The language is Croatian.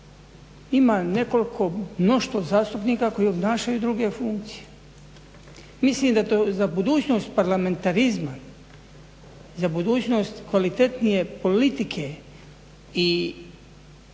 ima nekoliko, mnoštvo zastupnika koji obnašaju druge funkcije. Mislim da to, za budućnost parlamentarizma, za budućnost kvalitetnije politike i rada